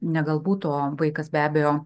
ne galbūt o vaikas be abejo